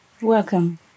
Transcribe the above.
Welcome